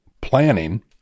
planning